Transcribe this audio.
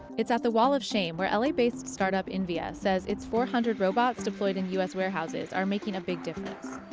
it's at the wall of shame where l a based startup invia says its four hundred robots deployed in u s. warehouses are making a big difference.